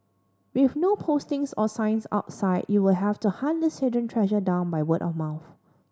with no postings or signs outside you will have to hunt this hidden treasure down by word of mouth